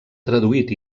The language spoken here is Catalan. traduït